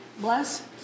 bless